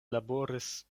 laboris